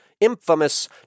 infamous